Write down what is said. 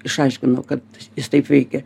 išaiškino kad jis taip veikia